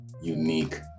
unique